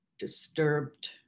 disturbed